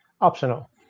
optional